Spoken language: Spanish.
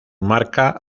marca